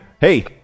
hey